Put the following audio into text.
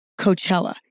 Coachella